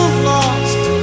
lost